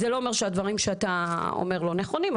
זה לא אומר שהדברים שאתה אומר לא נכונים,